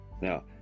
now